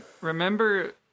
Remember